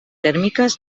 tèrmiques